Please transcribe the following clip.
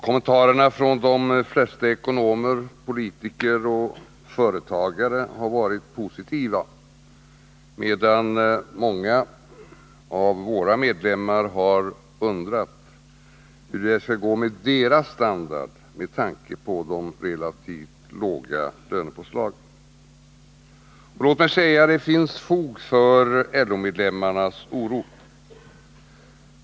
Kommentarerna från de flesta ekonomer, politiker och företagare har varit positiva, medan många av våra medlemmar har undrat hur det skall gå med deras standard med tanke på de relativt låga lönepåslagen. Låt mig säga, att det finns fog för LO-medlemmarnas oro.